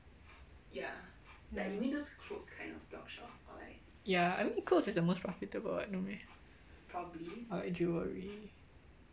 ya I mean clothes is the most profitable [what] no meh or jewellery